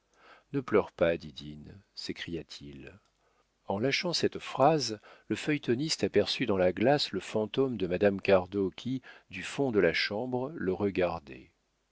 ne pleure pas didine s'écria-t-il en lâchant cette phrase le feuilletoniste aperçut dans la glace le fantôme de madame cardot qui du fond de la chambre le regardait